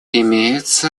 имеются